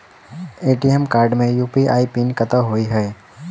ATM card मे UPI PIN कतह होइ है?